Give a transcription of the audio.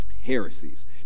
Heresies